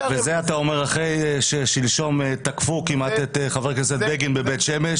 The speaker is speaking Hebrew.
ואת זה אתה אומר אחרי ששלשום כמעט תקפו את חבר הכנסת בגין בבית שמש,